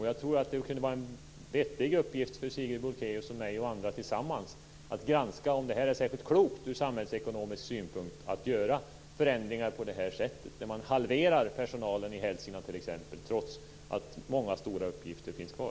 Jag tror att det kunde vara en vettig uppgift för Sigrid Bolkéus, mig och andra tillsammans att granska om det är särskilt klokt ur samhällsekonomisk synpunkt att göra sådana här förändringar, t.ex. att halvera personalen i Hälsingland trots att många stora uppgifter finns kvar.